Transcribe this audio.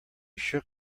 shook